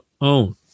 own